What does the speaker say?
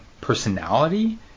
personality